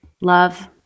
Love